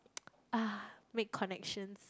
ah make connections